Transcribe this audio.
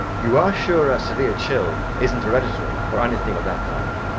you are sure a severe chill isn't hereditary, or anything of that kind?